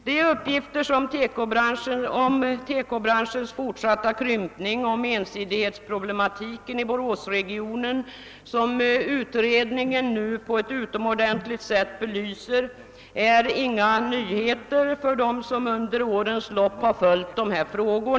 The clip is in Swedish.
De uppgifter om TEKO-branschens fortsatta krympning och om ensidighetsproblematiken i Boråsregionen, som utredningen nu på ett utomordentligt sätt belyser, är inga nyheter för dem som under årens lopp har följt dessa frågor.